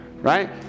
right